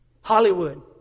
Hollywood